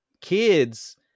kids